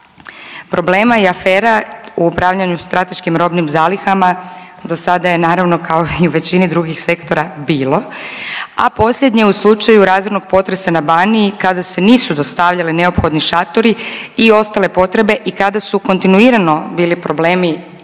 Problema i afera u upravljanju strateškim robnim zalihama do sada je naravno kao i u većini drugih sektora bilo, a posljednje u slučaju razornog potresa na Baniji kada se nisu dostavljali neophodni šatori i ostale potrebe i kada su kontinuirano bili problemi